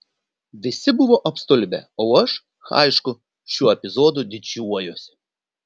visi buvo apstulbę o aš aišku šiuo epizodu didžiuojuosi